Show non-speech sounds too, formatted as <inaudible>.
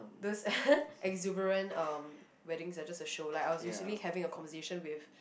those <laughs> exuberant um weddings are just a show like I was recently having a conversation with